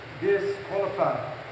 disqualified